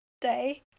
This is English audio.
day